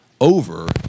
over